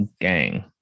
gang